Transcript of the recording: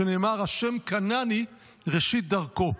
שנאמר 'ה' קנני ראשית דרכו',